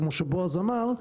כמו שבועז אמר,